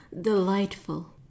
Delightful